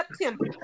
September